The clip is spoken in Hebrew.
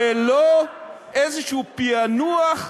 ולא איזשהו פענוח,